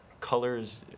colors